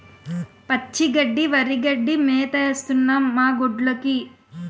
పచ్చి గడ్డి వరిగడ్డి మేతేస్తన్నం మాగొడ్డ్లుకి